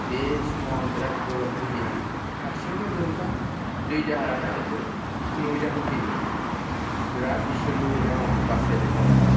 बे समाव आङो बिरात गोब्राब भुगिनांदों हारसिङैनो बोरैबा दै दाहारानो आंखौ नुजाहोफिन्दों बिरात इसोरनि अननायाव आङो बासायनाय जादों आरो